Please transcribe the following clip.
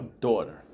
daughter